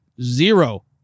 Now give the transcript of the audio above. zero